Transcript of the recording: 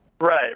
Right